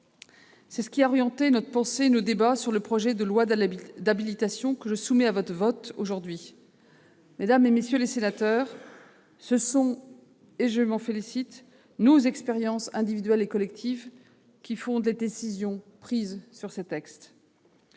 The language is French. C'est ce qui a orienté notre réflexion et nos débats sur le projet de loi d'habilitation que je soumets à votre vote aujourd'hui. Mesdames, messieurs les sénateurs, ce sont, et je m'en félicite, nos expériences individuelles et collectives qui fondent les décisions prises sur ce texte.